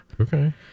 okay